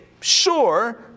Sure